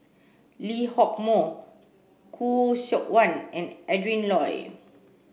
Lee Hock Moh Khoo Seok Wan and Adrin Loi